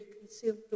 consumed